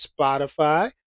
Spotify